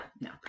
no